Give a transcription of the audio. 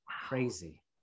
Crazy